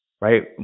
right